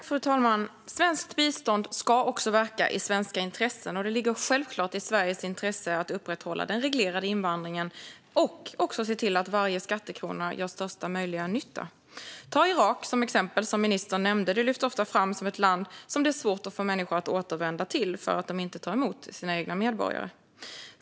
Fru talman! Svenskt bistånd ska också verka i svenska intressen. Och det ligger självklart i Sveriges intresse att upprätthålla den reglerade invandringen och att se till att varje skattekrona gör största möjliga nytta. Ta Irak som exempel, som ministern nämnde. Det lyfts ofta fram som ett land som det är svårt att få människor att återvända till eftersom Irak inte tar emot sina egna medborgare.